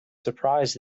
surprised